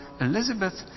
Elizabeth